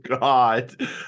God